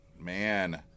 Man